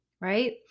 Right